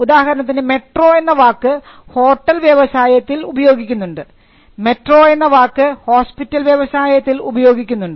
ഉദാഹരണത്തിന് മെട്രോ എന്ന വാക്ക് ഹോട്ടൽ വ്യവസായത്തിൽ ഉപയോഗിക്കുന്നുണ്ട് മെട്രോ എന്ന വാക്ക് ഹോസ്പിറ്റൽ വ്യവസായത്തിൽ ഉപയോഗിക്കുന്നുണ്ട്